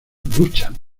luchan